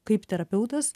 kaip terapeutas